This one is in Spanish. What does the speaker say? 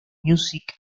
music